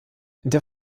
der